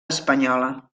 espanyola